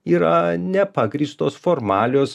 yra nepagrįstos formalios